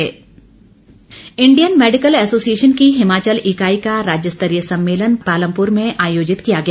सम्मेलन Indian medical association की हिमाचल इकाई का राज्यस्तरीय सम्मेलन पालमपुर में आयोजित किया गया